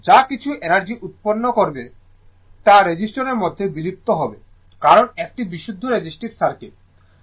যা কিছু এনার্জি উৎপন্ন করবে তা রেজিস্টরের মধ্যে বিলুপ্ত হবে কারণ একটি বিশুদ্ধ রেজিস্টিভ সার্কিট